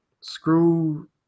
screw